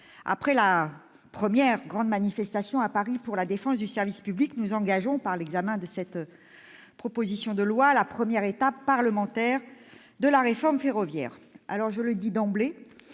après la première grande manifestation à Paris pour la défense du service public, nous engageons, avec l'examen de cette proposition de loi, la première étape parlementaire de la réforme ferroviaire. Je le dis d'emblée,